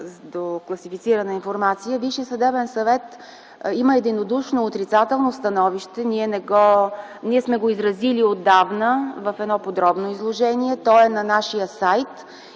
до класифицирана информация, Висшият съдебен съвет има единодушно отрицателно становище. Ние сме го изразили отдавна в едно подробно изложение. То е на нашия сайт.